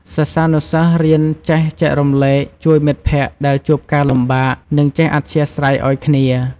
សិស្សានុសិស្សរៀនចេះចែករំលែក ជួយមិត្តភក្តិដែលជួបការលំបាក និងចេះអធ្យាស្រ័យឲ្យគ្នា។